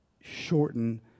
shorten